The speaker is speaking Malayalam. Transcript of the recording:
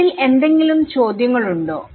ഇതിൽ എന്തെങ്കിലും ചോദ്യങ്ങൾ ഉണ്ടോ